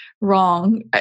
wrong